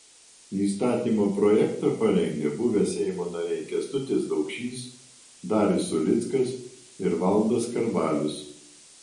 įstatymo projektą parengė buvę seimo nariai kęstutis daukšys darius ulickas ir valdas skarbalius